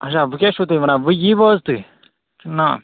اَچھا وۅنۍ کیٛاہ چھِو تُہۍ وَنان وۅنۍ ییٖوٕ حظ تُہۍ کِنہٕ نہٕ